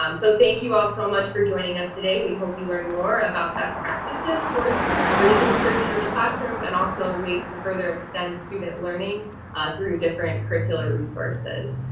um so thank you all so much for joining us today. we hope you learned more about best practices for ah raising sturgeon in the classroom, and also ways to further extend student learning through different curricular resources.